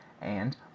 and